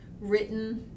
written